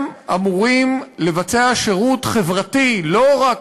הם אמורים לבצע שירות חברתי לא רק